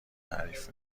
تعریف